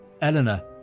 Eleanor